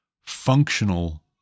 Functional